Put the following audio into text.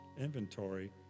inventory